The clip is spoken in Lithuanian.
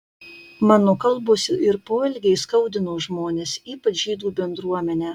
mano kalbos ir poelgiai skaudino žmones ypač žydų bendruomenę